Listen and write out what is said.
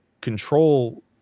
control